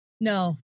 No